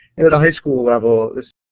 and at a high school level, this